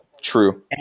True